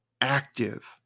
active